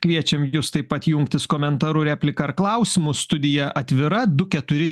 kviečiam jus taip pat jungtis komentaru replika ar klausima studija atvira du keturi